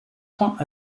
point